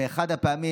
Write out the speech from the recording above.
באחת הפעמים,